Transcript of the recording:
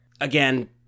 Again